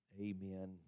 Amen